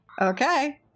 Okay